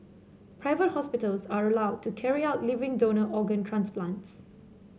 private hospitals are allowed to carry out living donor organ transplants